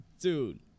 dude